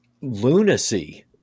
lunacy